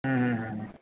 હા